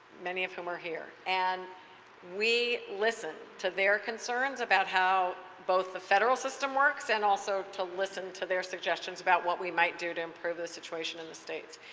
many of whom are here, and we listen to their concerns about how both the federal system works and also to listen to their suggestions about what we might do to improve the situation in the states.